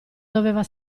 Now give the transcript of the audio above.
doveva